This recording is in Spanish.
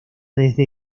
desde